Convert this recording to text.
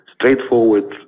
straightforward